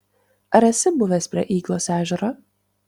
ar esi buvęs prie yglos ežero